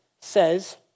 says